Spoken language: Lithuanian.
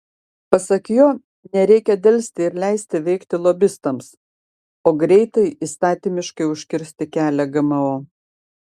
pasak jo nereikia delsti ir leisti veikti lobistams o greitai įstatymiškai užkirsti kelią gmo